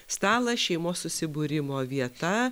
stalas šeimos susibūrimo vieta